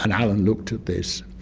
and alan looked at this,